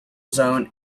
zone